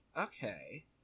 Okay